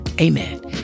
amen